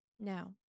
Now